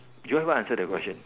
you haven't answer the question